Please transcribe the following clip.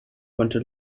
konnte